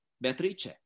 Beatrice